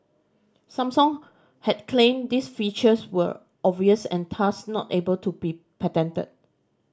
Samsung had claimed these features were obvious and thus not able to be patented